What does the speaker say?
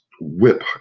whip